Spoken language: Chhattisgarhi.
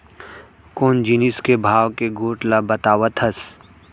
कोन जिनिस के भाव के गोठ ल बतावत हस?